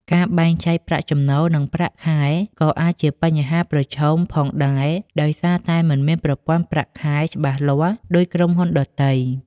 ការបែងចែក ប្រាក់ចំណូល និងប្រាក់ខែក៏អាចជាបញ្ហាមួយផងដែរ ដោយសារតែមិនមានប្រព័ន្ធប្រាក់ខែច្បាស់លាស់ដូចក្រុមហ៊ុនដទៃ។